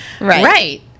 right